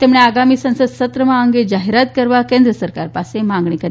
તમ્રણ આગામી સંસદ સત્રમાં આ અંગ જાહેરાત કરવા કેન્દ્ર સરકાર પાસ માંગણી કરી